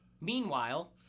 meanwhile